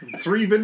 Three